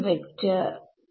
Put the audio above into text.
time